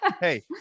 Hey